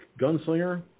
Gunslinger